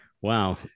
Wow